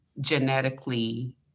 genetically